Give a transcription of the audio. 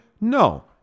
No